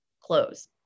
close